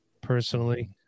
personally